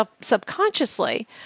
subconsciously